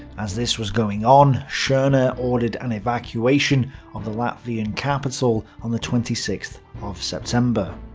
as this was going on, schorner ordered an evacuation of the latvian capital on the twenty sixth of september.